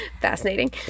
Fascinating